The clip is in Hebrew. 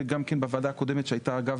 וזה גם כן בוועדה הקודמת שהייתה בדיוק